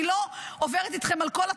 אני לא עוברת איתכם על כל התחשיב.